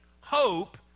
Hope